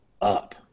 up